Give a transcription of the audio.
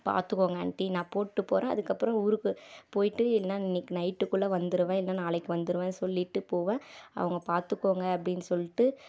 பார்த்துக்கோங்க ஆண்ட்டி நான் போட்டுப் போகிறேன் அதுக்கு அப்புறம் ஊருக்கு போயிட்டு என்னெனான்னு இன்றைக்கு நயிட்க்குள்ள வந்துருவேன் இல்லை நாளைக்கு வந்துருவேன் சொல்லிகிட்டு போவேன் அவங்க பார்த்துக்குகோங்க அப்படின்னு சொல்லிட்டு